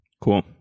cool